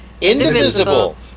indivisible